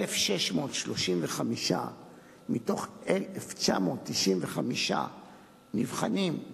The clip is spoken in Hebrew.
1,635 מתוך 1,995 נבחנים,